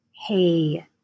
hey